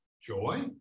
Joy